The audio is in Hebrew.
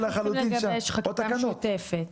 אני לחלוטין שם, או תקנות.